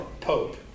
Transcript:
pope